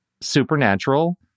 supernatural